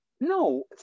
no